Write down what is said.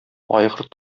айгыр